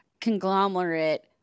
conglomerate